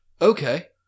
Okay